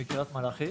מקריית מלאכי.